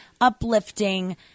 uplifting